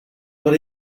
but